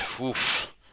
oof